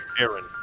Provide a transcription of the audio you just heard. Aaron